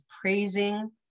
praising